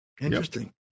Interesting